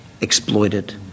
exploited